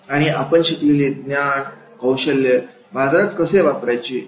आणि आपण शिकलेले ज्ञान कौशल्य बाजारात कसे वापरायचे